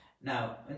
Now